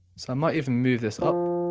so i might even move this up.